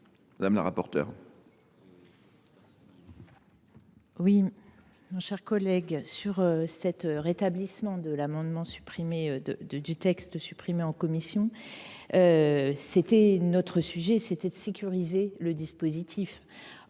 madame la rapporteure,